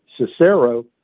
Cicero